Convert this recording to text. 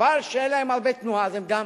מכיוון שאין להם הרבה תנועה, הם גם